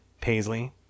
Paisley